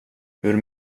hur